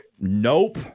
Nope